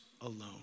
alone